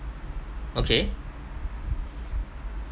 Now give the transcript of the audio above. okay